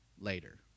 later